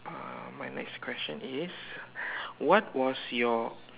uh my next question is what was your